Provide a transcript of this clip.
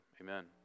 amen